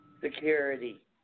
security